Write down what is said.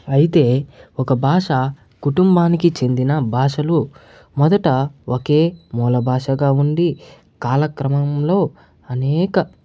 అయితే ఒక భాష కుటుంబానికి చెందిన భాషలు మొదట ఒకే మూల భాషగా ఉండి కాలక్రమంలో అనేక